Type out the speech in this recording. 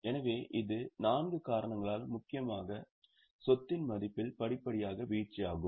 எனவே இது நான்கு காரணங்களால் முக்கியமாக சொத்தின் மதிப்பில் படிப்படியாக வீழ்ச்சியாகும்